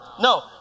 No